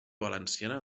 valenciana